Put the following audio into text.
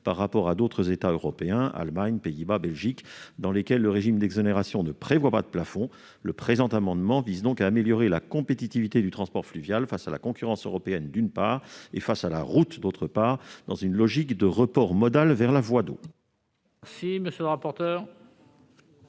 par rapport à d'autres États européens- Allemagne, Pays-Bas, Belgique -, dans lesquels le régime d'exonération ne prévoit pas de plafond. Le présent amendement vise donc à améliorer la compétitivité du transport fluvial face à la concurrence européenne, d'une part, et face à la route, d'autre part, dans une logique de report modal vers la voie d'eau.